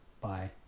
bye